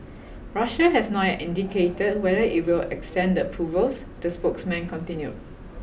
Russia has not yet indicated whether it will extend the approvals the spokesman continued